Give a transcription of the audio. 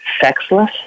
sexless